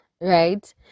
right